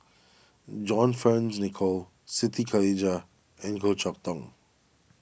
John Fearns Nicoll Siti Khalijah and Goh Chok Tong